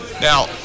Now